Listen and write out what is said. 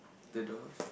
the doors